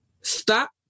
Stop